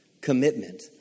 Commitment